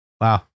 Wow